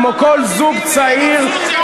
כמו כל זוג צעיר.